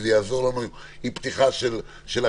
זה יעזור לנו בפתיחת מערכות